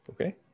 Okay